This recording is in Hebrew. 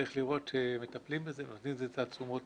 וצריך לראות שמטפלים בזה ונותנים לזה את התשומות